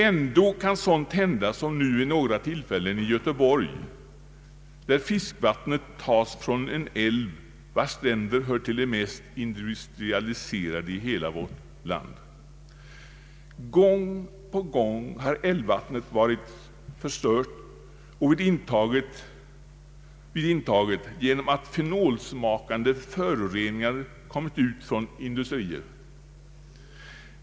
Ändå kan sådant hända som nu vid några tillfällen har inträffat i Göteborg, där friskvattnet tas från en älv, vars stränder hör till de mest industrialiserade i hela vårt land. Gång på gång har älvvattnet varit förstört vid intaget genom att fenolsmakande föroreningar kommit ut från industrier.